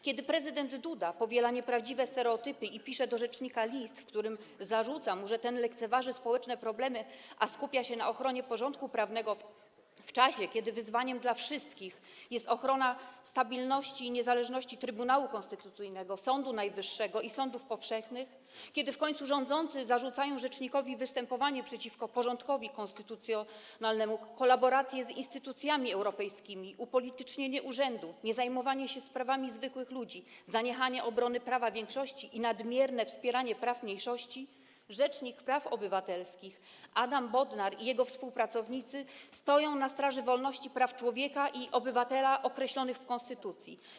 Kiedy prezydent Duda powiela nieprawdziwe stereotypy i pisze do rzecznika list, w którym zarzuca mu, że ten lekceważy społeczne problemy, a skupia się na ochronie porządku prawnego, w czasie kiedy wyzwaniem dla wszystkich jest ochrona stabilności i niezależności Trybunału Konstytucyjnego, Sądu Najwyższego i sądów powszechnych, kiedy w końcu rządzący zarzucają rzecznikowi występowanie przeciwko porządkowi konstytucjonalnemu, kolaborację z instytucjami europejskimi, upolitycznienie urzędu, niezajmowanie się sprawami zwykłych ludzi, zaniechanie obrony prawa większości i nadmierne wspieranie praw mniejszości - rzecznik praw obywatelskich Adam Bodnar i jego współpracownicy stoją na straży wolności i praw człowieka i obywatela określonych w konstytucji.